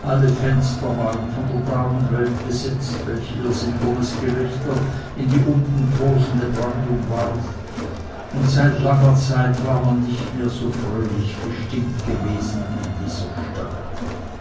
alle fenster waren von der damenwelt besetzt welche ihr silbernes gelächter in die unten tosende brandung warf und seit langer zeit war man nicht mehr so fröhlich gestimmt gewesen in dieser stadt